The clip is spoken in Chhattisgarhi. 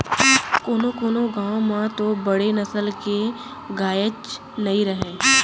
कोनों कोनों गॉँव म तो बड़े नसल के गायेच नइ रहय